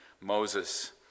Moses